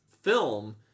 film